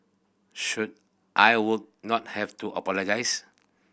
so I would not have to apologise